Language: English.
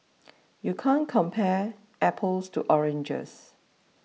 you can't compare apples to oranges